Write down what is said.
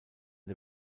der